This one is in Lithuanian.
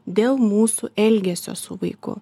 dėl mūsų elgesio su vaiku